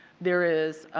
there is